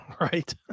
Right